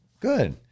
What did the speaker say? good